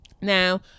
now